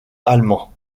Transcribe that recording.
allemand